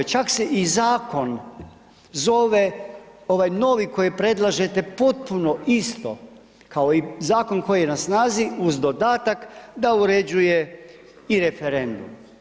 Čak se i zakon zove, ovaj novi koji predlažete potpuno isto kao i zakon koji je na snazi uz dodatak da uređuje i referendum.